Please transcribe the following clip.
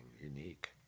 unique